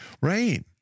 right